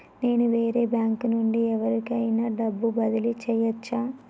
నేను వేరే బ్యాంకు నుండి ఎవలికైనా డబ్బు బదిలీ చేయచ్చా?